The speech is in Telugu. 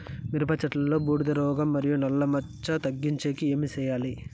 మిరప చెట్టులో బూడిద రోగం మరియు నల్ల మచ్చలు తగ్గించేకి ఏమి చేయాలి?